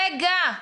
רגע,